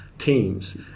teams